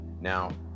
Now